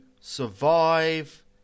survive